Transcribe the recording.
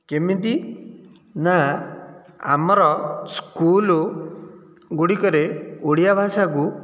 କେମିତି ନା ଆମର ସ୍କୁଲ ଗୁଡ଼ିକରେ ଓଡ଼ିଆ ଭାଷାକୁ